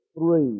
three